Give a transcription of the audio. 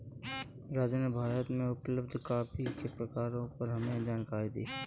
राजू ने भारत में उपलब्ध कॉफी के प्रकारों पर हमें जानकारी दी